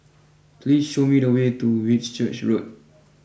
please show me the way to Whitchurch Road